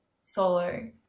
solo